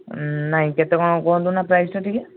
ନାହିଁ କେତେ କ'ଣ କୁହନ୍ତୁ ନା ପ୍ରାଇସ୍ଟା ଟିକେ